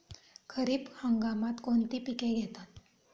खरीप हंगामात कोणती पिके घेतात?